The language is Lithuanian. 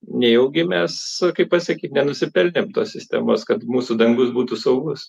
nejaugi mes kaip pasakyt nenusipelnėm tos sistemos kad mūsų dangus būtų saugus